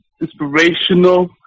inspirational